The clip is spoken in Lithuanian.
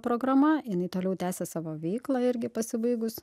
programa jinai toliau tęsia savo veiklą irgi pasibaigus